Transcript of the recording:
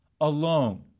alone